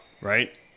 Right